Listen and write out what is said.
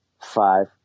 Five